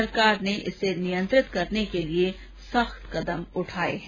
सरकार ने इसे नियंत्रित करने के लिए सख्त कदम उठाये है